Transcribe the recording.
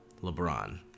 LeBron